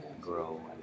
grow